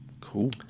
Cool